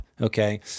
okay